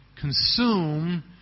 consume